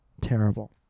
terrible